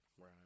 Right